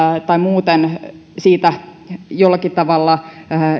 tai muuten jollakin tavalla